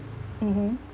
mmhmm